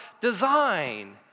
design